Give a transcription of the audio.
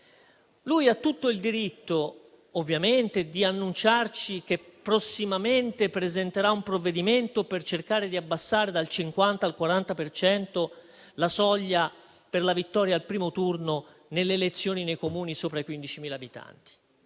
Lui ha tutto il diritto di annunciarci che prossimamente presenterà un provvedimento per cercare di abbassare dal 50 al 40 per cento la soglia per la vittoria al primo turno nelle elezioni nei Comuni con più di 15.000 abitanti;